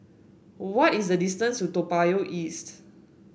what is the distance to Toa Payoh East